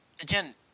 again